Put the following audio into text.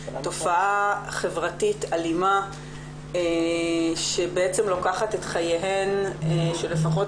תופעה חברתית אלימה שבעצם לוקחת את חייהן של לפחות